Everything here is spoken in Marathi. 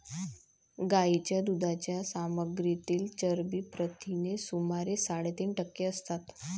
गायीच्या दुधाच्या सामग्रीतील चरबी प्रथिने सुमारे साडेतीन टक्के असतात